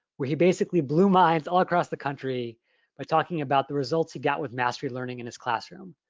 where he basically blew minds all across the country by talking about the results he got with mastery learning in his classroom.